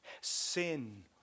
Sin